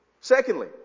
Secondly